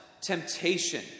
temptation